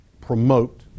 promote